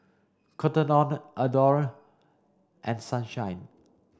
Cotton On Adore and Sunshine